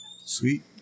Sweet